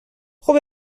خوب